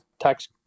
tax